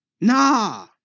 Nah